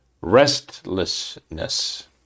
restlessness